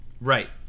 Right